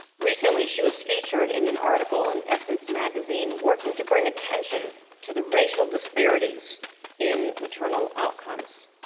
recently she was featured in an article in essence magazine working to bring attention to the racial disparities in maternal outcomes.